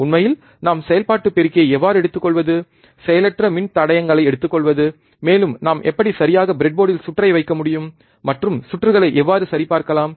உண்மையில் நாம் செயல்பாட்டு பெருக்கியை எவ்வாறு எடுத்துக் கொள்வது செயலற்ற மின் தடையங்களை எடுத்துக் கொள்வது மேலும் நாம் எப்படி சரியாக பிரெட்போர்டில் சுற்றை வைக்க முடியும் மற்றும் சுற்றுகளை எவ்வாறு சரிபார்க்கலாம்